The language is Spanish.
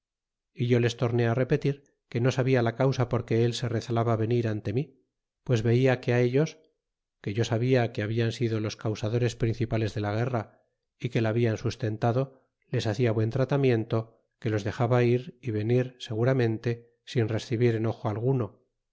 y yo les torné repetir que no sabia la causa porque él se recelaba venir ante mi pues vela que ellos que yo sabia que habian sido los can sadores principales de la guerra y que la hablan sustentado a les hacia buen tratamiento que los dexaba ir y venir segura mente sin rescebir enojo alguno